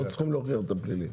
לא צריכים להוכיח את הפלילי.